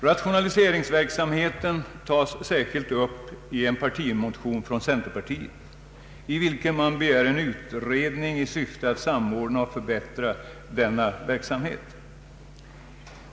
Rationaliseringsverksamheten tas särskilt upp i en partimotion från centerpartiet, som begär en utredning i syfte att samordna och förbättra denna verksamhet.